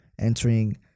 entering